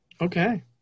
Okay